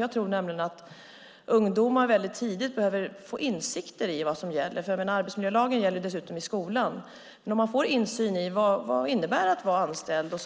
Jag tror nämligen att ungdomar tidigt behöver få insikter i vad som gäller. Arbetsmiljölagen gäller dessutom i skolan. Om man får insyn i vad det innebär att vara anställd och